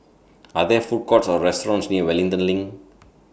Are There Food Courts Or restaurants near Wellington LINK